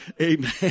Amen